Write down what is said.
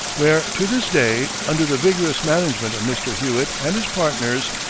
where to this day, under the vigorous management of mr. hewitt and his partners,